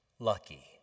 Lucky